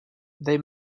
they